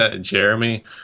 Jeremy